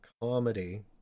comedy